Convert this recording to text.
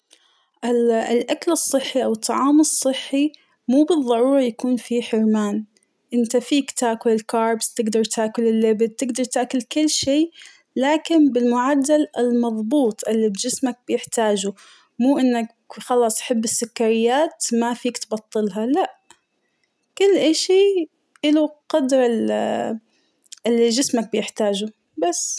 ال_الأكل الصحي أو الطعام الصحي مو بالضرورة يكون في حرمان ، انت فيك تاكل كار بس تقدر تاكل اللي بتقدر تأكل كل شيء لكن بالمعدل المظبوط اللى جسمك بيحتاجه ، مو إنك خلاص حب السكريات ما فيك تبطلها لأ، كل اشيء اله قدر ال اللى جسمك بيحتاجه بس.